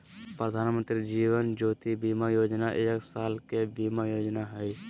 प्रधानमंत्री जीवन ज्योति बीमा योजना एक साल के बीमा योजना हइ